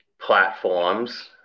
platforms